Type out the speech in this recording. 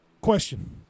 Question